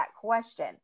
question